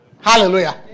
Hallelujah